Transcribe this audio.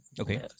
Okay